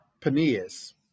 Peneus